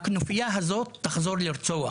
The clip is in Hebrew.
הכנופייה הזאת גם תחזור לרצוח,